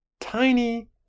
tiny